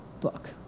book